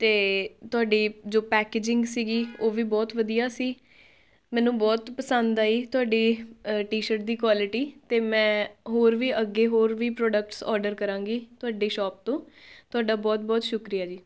ਅਤੇ ਤੁਹਾਡੀ ਜੋ ਪੈਕੇਜਿੰਗ ਸੀਗੀ ਉਹ ਵੀ ਬਹੁਤ ਵਧੀਆ ਸੀ ਮੈਨੂੰ ਬਹੁਤ ਪਸੰਦ ਆਈ ਤੁਹਾਡੀ ਟੀ ਸ਼ਰਟ ਦੀ ਕੁਆਲਿਟੀ ਅਤੇ ਮੈਂ ਹੋਰ ਵੀ ਅੱਗੇ ਹੋਰ ਵੀ ਪ੍ਰੋਡਕਟਸ ਆਰਡਰ ਕਰਾਂਗੀ ਤੁਹਾਡੇ ਸ਼ੋਪ ਤੋਂ ਤੁਹਾਡਾ ਬਹੁਤ ਬਹੁਤ ਸ਼ੁਕਰੀਆ ਜੀ